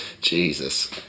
Jesus